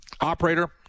operator